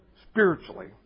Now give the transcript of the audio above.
spiritually